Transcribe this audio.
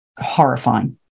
horrifying